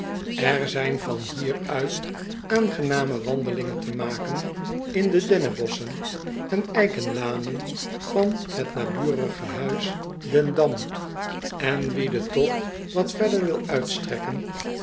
er zijn van hier uit aangename wandelingen te maken in de dennenbosschen en eikenlanen van het naburige huis d e n d a m en wie den togt wat verder wil uitstrekken